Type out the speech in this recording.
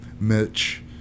mitch